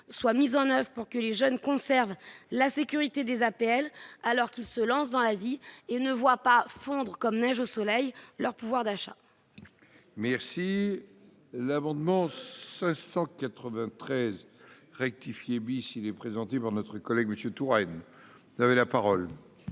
soit mis en oeuvre pour que les jeunes conserve la sécurité des APL, alors qu'il se lance dans la vie et ne voit pas fondre comme neige au soleil, leur pouvoir d'achat. Merci l'amendement 593 rectifié oui s'il est présenté par notre collègue, Monsieur Touraine, vous avez la parole.